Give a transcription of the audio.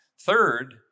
Third